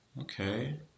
okay